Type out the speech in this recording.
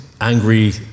angry